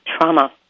trauma